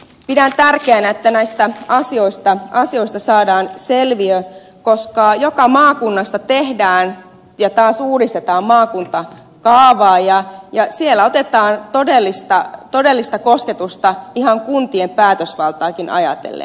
pidän tärkeänä että näistä asioista saadaan selviö koska joka maakunnassa tehdään ja taas uudistetaan maakuntakaavaa ja siellä otetaan todellista kosketusta ihan kuntien päätösvaltaakin ajatellen